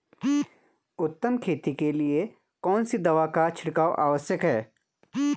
उत्तम खेती के लिए कौन सी दवा का छिड़काव आवश्यक है?